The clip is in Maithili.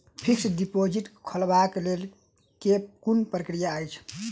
फिक्स्ड डिपोजिट खोलबाक लेल केँ कुन प्रक्रिया अछि?